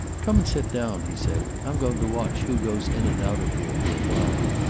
come and sit down, he said. i'm going to watch who goes in and out of here for a while.